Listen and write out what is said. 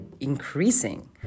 increasing